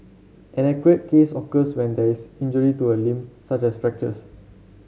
an acute case occurs when there is injury to a limb such as fractures